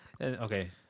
okay